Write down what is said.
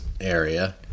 area